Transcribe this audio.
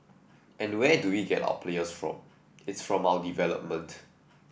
and where do we get our players from it's from our development